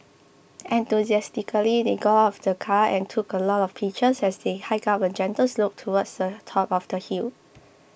enthusiastically they got out of the car and took a lot of pictures as they hiked up a gentle slope towards the top of the hill